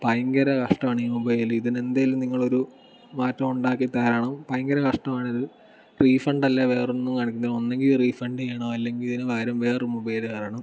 ഭയങ്കര കഷ്ടമാണ് ഈ മൊബൈൽ ഇതിന് എന്തെങ്കിലും നിങ്ങൾ ഒരു മാറ്റം ഉണ്ടാക്കി തരണം ഭയങ്കര കഷ്ടമാണ് ഇത് റീഫണ്ട് അല്ലെങ്കിൽ വേറൊന്നും കാണുന്നില്ല ഒന്നുകിൽ റീഫണ്ട് ചെയ്യണം അല്ലെങ്കിൽ ഇതിനുപകരം വേറൊരു മൊബൈൽ തരണം